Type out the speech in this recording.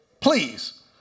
Please